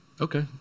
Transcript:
Okay